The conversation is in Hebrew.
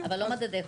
אבל לא מדדי איכות.